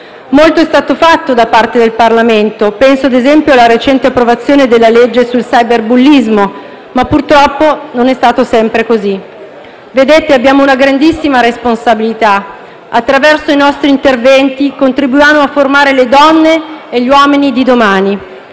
Molto è stato fatto da parte del Parlamento. Penso, ad esempio, alla recente approvazione della legge sul cyberbullismo, ma purtroppo non è stato sempre così. Vedete, colleghi, abbiamo una grandissima responsabilità: attraverso i nostri interventi contribuiamo a formare le donne e gli uomini di domani